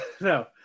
No